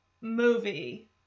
movie